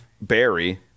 Barry